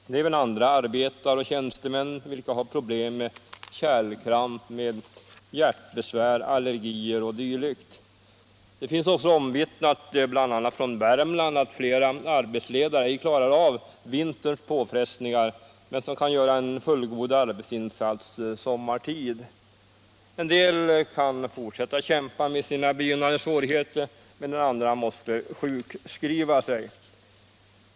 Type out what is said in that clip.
Det finns andra arbetare och tjänstemän som har problem med kärlkramp, hjärtat, allergier o. d. Bl. a. i Värmland har det också omvittnats att flera arbetsledare inte klarar av vinterns påfrestningar, medan de däremot kan göra en fullgod arbetsinsats sommartid. Vissa kan fortsätta att kämpa med sina begynnande svårigheter, medan andra måste sjukskriva sig.